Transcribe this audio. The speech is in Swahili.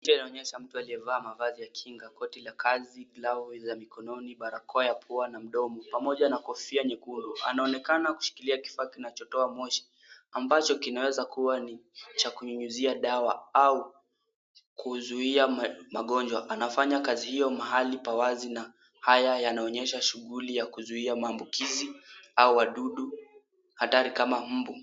Picha inaonyesha mtu aliyevaa mavazi ya kinga. Koti la kazi, glavu za mikononi barakoa ya pua na mdomo pamoja na kofia nyekundu. Anaonekana kushikilia kifaa kinachotoa moshi ambacho kinaweza kuwa ni cha kunyunyuzia dawa au kuzuiya magonjwa. Anafanya kazi hiyo mahali pa wazi na haya yanaonyesha shughuli ya kuzuiya maambukizi au wadudu hatari kama mbu.